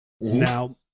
Now